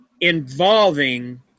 involving